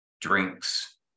drinks